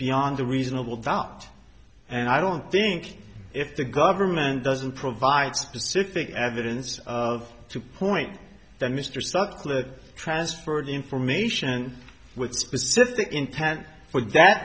beyond a reasonable doubt and i don't think if the government doesn't provide specific evidence of two point that mr sutcliffe transferred information with specific intent for that